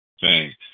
Thanks